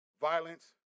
violence